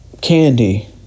candy